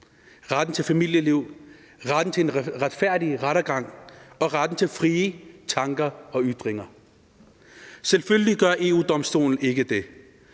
retten til et familieliv, retten til en retfærdig rettergang og retten til frie tanker og ytringer? Selvfølgelig gør EU-Domstolen ikke det.